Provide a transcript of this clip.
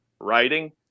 writing